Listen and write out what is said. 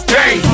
day